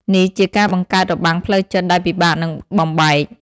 នេះជាការបង្កើតរបាំងផ្លូវចិត្តដែលពិបាកនឹងបំបែក។